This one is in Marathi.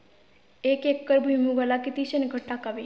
एक एकर भुईमुगाला किती शेणखत टाकावे?